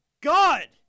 God